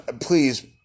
please